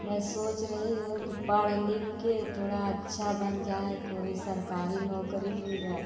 मैं सोच रही हूँ कि पढ़ लिख के थोड़ा अच्छा बन जाए कोई सरकारी नौकरी मिल जाए